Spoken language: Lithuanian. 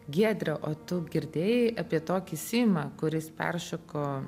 giedre o tu girdėjai apie tokį simą kuris peršoko